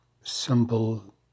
simple